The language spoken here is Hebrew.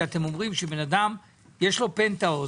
כשאתם אומרים שלבן אדם יש פנטהאוז,